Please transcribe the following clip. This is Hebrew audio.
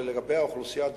שלגבי האוכלוסייה הדרוזית,